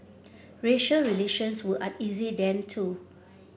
racial relations were uneasy then too